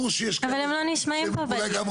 אבל הם לא נשמעים פה בדיון.